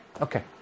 okay